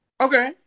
Okay